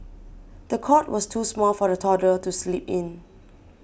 the cot was too small for the toddler to sleep in